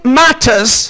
matters